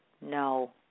no